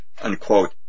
Unquote